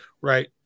Right